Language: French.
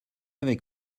avec